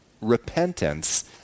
Repentance